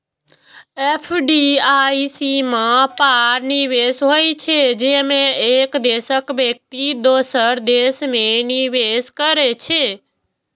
FDI सीमा पार निवेश होइ छै, जेमे एक देशक व्यक्ति दोसर देश मे निवेश करै छै